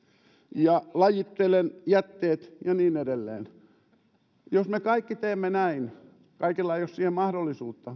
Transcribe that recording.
ja lajittelen jätteet ja niin edelleen jos me kaikki teemme näin kaikilla ei ole siihen mahdollisuutta